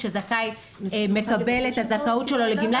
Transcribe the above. כאשר זכאי מקבל את הזכאות שלו לגמלת סיעוד